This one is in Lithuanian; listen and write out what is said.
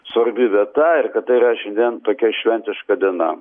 svarbi vieta ir kad tai yra šiandien tokia šventiška diena